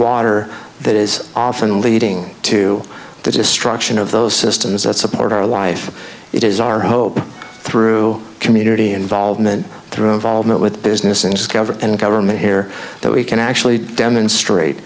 water that is often leading to the destruction of those systems that support our life it is our hope through community involvement through involvement with business and government and government here that we can actually demonstrate